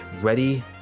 ready